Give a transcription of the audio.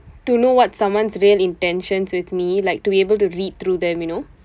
to know what someone's real intentions with me like to able to read through them you know